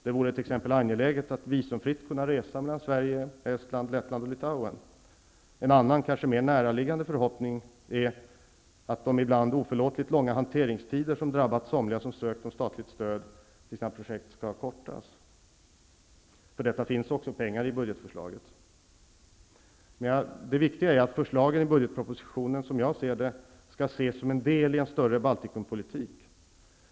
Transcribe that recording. Det vore t.ex. angeläget att visumfritt kunna resa mellan Sverige, Estland, Lettland och Litauen. En annan, kanske mer näraliggande, förhoppning är att de ibland oförlåtligt långa hanteringstider som drabbat somliga som ansökt om statligt stöd till sina projekt skall förkortas. För detta finns också pengar i budgetförslaget. Det viktiga är att förslagen i budgetpropositionen skall ses som en del i en större Baltikumpolitik.